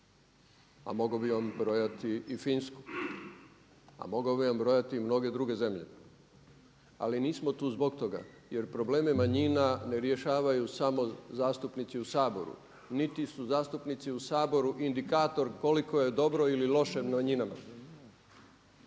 a mogao bih vam brojati i Finsku a mogao bih nabrojati i mnoge druge zemlje. Ali nismo tu zbog toga jer probleme manjina ne rješavaju samo zastupnici u Saboru, niti su zastupnici u Saboru indikator koliko je dobro ili loše manjinama.